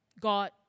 God